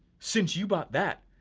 since you bought that,